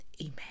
Amen